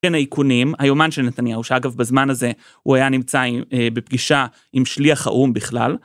כן האיכונים, היומן של נתניהו שאגב בזמן הזה הוא היה נמצא בפגישה עם שליח האו"ם בכלל.